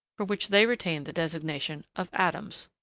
for which they retain the designation of atoms.